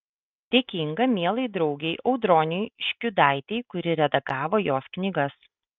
dėkinga mielai draugei audronei škiudaitei kuri redagavo jos knygas